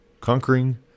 conquering